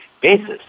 basis